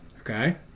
Okay